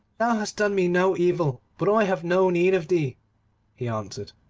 thou hast done me no evil, but i have no need of thee he answered.